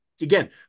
Again